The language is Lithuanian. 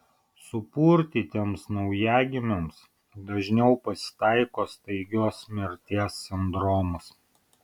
supurtytiems naujagimiams dažniau pasitaiko staigios mirties sindromas